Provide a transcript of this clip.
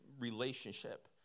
relationship